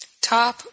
Top